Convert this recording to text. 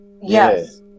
Yes